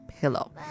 pillow